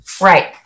Right